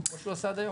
כמו שהוא עשה עד היום.